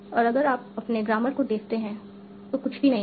और अगर आप अपने ग्रामर को देखते हैं तो कुछ भी नहीं है